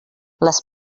les